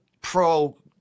pro